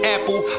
Apple